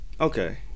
okay